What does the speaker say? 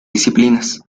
disciplinas